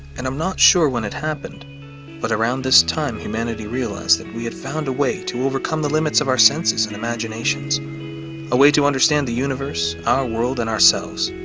and i'm not sure when it happened but around this time humanity realized that we had found a way to overcome the limits of our senses and imaginations a way to understand the universe our world and ourselves